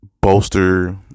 bolster